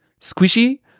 squishy